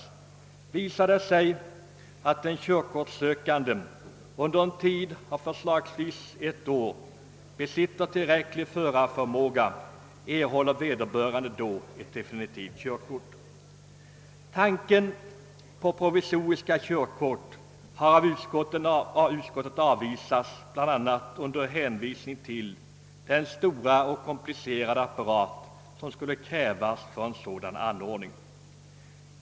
Om det visar sig att den kör kortssökande under förslagsvis ett år har ådagalagt tillräckliga körkunskaper kan han sedan få definitivt körkort. Utskottet har avvisat tanken på provisoriska körkort bl.a. med hänvisning till den stora och komplicerade apparat som en sådan ordning skulle kräva.